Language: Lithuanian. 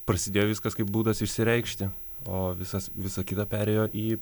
prasidėjo viskas kaip būdas išsireikšti o visas visa kita perėjo į